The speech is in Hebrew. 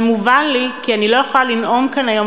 ומובן לי כי אני לא יכולה לנאום כאן היום